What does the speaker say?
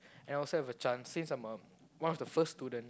and also have a chance since I'm a one of the first student